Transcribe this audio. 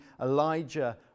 Elijah